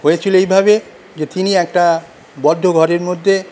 হয়েছিল এইভাবেই যে তিনি একটা বদ্ধ ঘরের মধ্যে